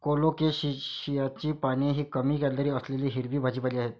कोलोकेशियाची पाने ही कमी कॅलरी असलेली हिरवी पालेभाजी आहे